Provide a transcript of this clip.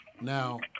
Now